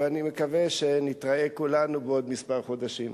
ואני מקווה שנתראה כולנו בעוד כמה חודשים.